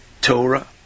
Torah